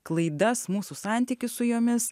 klaidas mūsų santykius su jomis